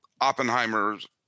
Oppenheimer's